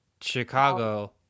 chicago